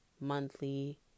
monthly